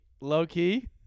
Low-key